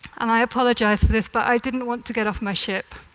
and i apologize for this, but i didn't want to get off my ship.